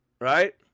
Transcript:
right